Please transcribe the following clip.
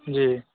जी